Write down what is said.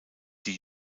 die